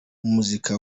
umuziki